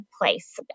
place